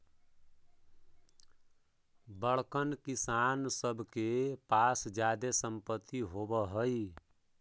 बड़कन किसान सब के पास जादे सम्पत्ति होवऽ हई